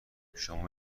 شما